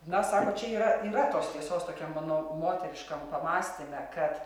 na sako čia yra yra tos tiesos tokiam mano moteriškam pamąstyme kad